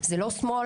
זה לא שמאל,